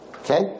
Okay